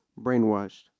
brainwashed